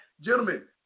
Gentlemen